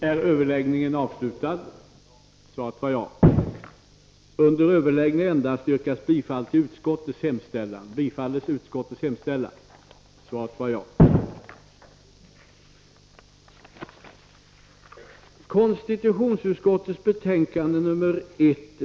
Herr talman!